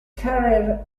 career